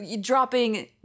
dropping